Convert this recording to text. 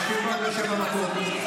שב בבקשה במקום.